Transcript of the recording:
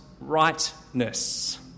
rightness